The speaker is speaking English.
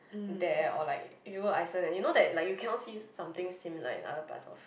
there or like if you Iceland and you know that like you cannot see something similar in other parts of